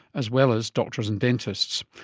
as well as doctors and dentists.